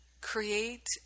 create